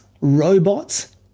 robots